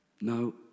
No